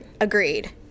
Agreed